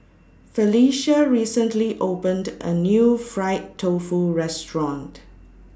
Felisha recently opened A New Fried Tofu Restaurant